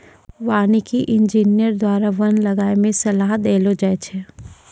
वानिकी इंजीनियर द्वारा वन लगाय मे सलाह देलो जाय छै